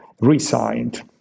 resigned